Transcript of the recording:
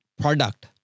product